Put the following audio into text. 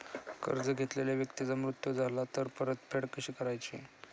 कर्ज घेतलेल्या व्यक्तीचा मृत्यू झाला तर परतफेड कशी करायची?